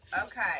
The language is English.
okay